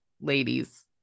ladies